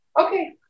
Okay